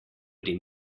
pri